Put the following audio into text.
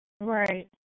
right